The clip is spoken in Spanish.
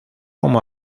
como